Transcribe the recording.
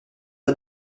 pas